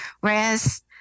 whereas